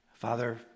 Father